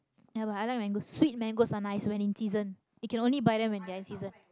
ya but I like mangoes sweet mangoes are nice when in season you can only buy them when they are in season